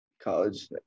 College